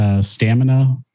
Stamina